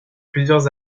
plusieurs